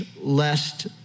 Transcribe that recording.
lest